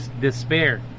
despair